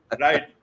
right